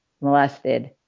molested